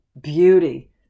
beauty